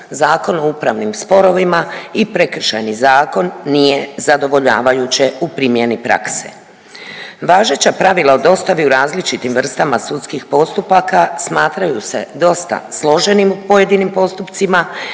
Zakon o upravnim sporovima i Prekršajni zakon nije zadovoljavajuće u primjeni prakse. Važeća pravila o dostavi u različitim vrstama sudskih postupaka smatraju se dosta složenim u pojedinim postupcima